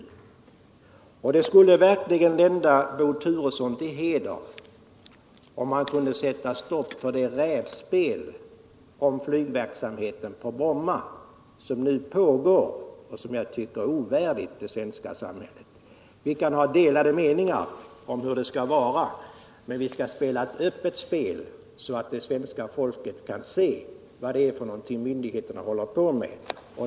Det skulle verkligen lända Bo Turesson till heder om han kunde sätta stopp för det rävspel om flygverksamheten på Bromma som nu pågår och som jag tycker är ovärdigt det svenska folket. Vi kan ha delade meningar om hur vi vill ha det, men vi skall spela ett öppet spel, så att svenska folket kan se vad det är som myndigheterna håller på med.